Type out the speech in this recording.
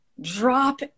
drop